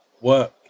work